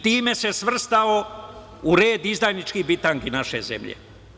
Time se svrstao u red izdajničkih bitangi naše zemlje.